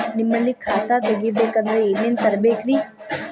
ನಿಮ್ಮಲ್ಲಿ ಖಾತಾ ತೆಗಿಬೇಕಂದ್ರ ಏನೇನ ತರಬೇಕ್ರಿ?